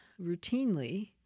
routinely